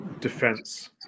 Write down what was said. defense